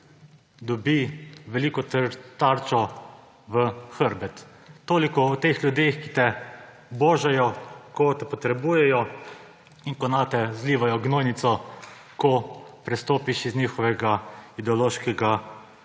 dobi veliko tarčo na hrbtu. Toliko o teh ljudeh, ki te božajo, ko te potrebujejo, in nate zlivajo gnojnico, ko prestopiš iz njihovega ideološkega